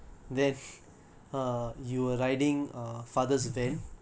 mm okay